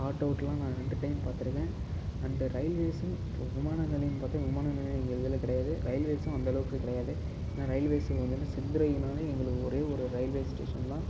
spot அவுட்லாம் நான் ரெண்டு டைம் பார்த்துருக்கேன் அண்டு ரயில்வேஸும் விமான நிலையம்னு பார்த்தா விமான நிலையங்கள் எங்கள் இதில் கிடையாது ரயில்வேஸும் அந்த அளவுக்கு கிடையாது ஏன்னால் ரயில்வேஸ் இங்கே வந்து செந்துறைங்கிறனால் எங்களுக்கு ஒரே ஒரு ரயில்வே ஸ்டேஷன் தான்